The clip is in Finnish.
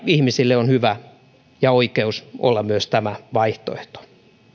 ihmisille on hyvä ja oikeus olla myös tämä vaihtoehto